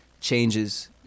changes